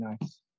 nice